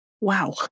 Wow